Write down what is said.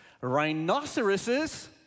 Rhinoceroses